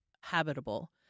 habitable